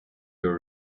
your